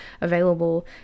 available